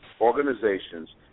organizations